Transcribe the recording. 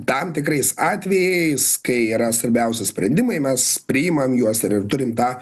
tam tikrais atvejais kai yra svarbiausi sprendimai mes priimam juos ir turim tą